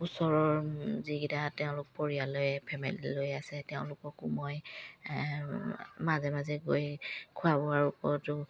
ওচৰৰ যিকেইটা তেওঁলোক পৰিয়ালে ফেমিলী লৈ আছে তেওঁলোককো মই মাজে মাজে গৈ খোৱা বোৱাৰ ওপৰতো